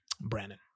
Brandon